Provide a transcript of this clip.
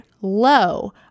low